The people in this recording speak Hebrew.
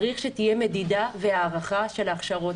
צריך שתהיה מדידה והערכה של הכשרות.